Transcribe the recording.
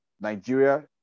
Nigeria